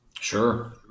sure